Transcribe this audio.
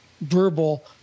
verbal